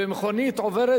ומכונית עוברת